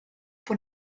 pour